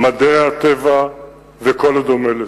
"מדעי הטבע" וכל הדומה לזה.